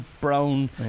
brown